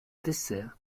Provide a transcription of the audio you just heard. dessert